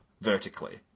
vertically